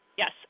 Yes